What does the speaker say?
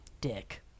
dick